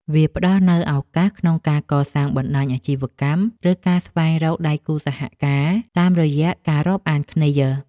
វាផ្ដល់នូវឱកាសក្នុងការកសាងបណ្ដាញអាជីវកម្ម ឬការស្វែងរកដៃគូសហការតាមរយៈការរាប់អានគ្នា។